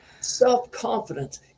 self-confidence